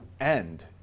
end